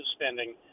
spending